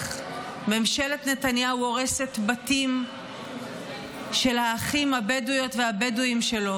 ממשלת נתניהו הורסת בתים של האחים הבדואיות והבדואים שלו.